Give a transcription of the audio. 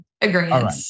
agreement